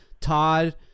Todd